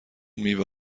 میوه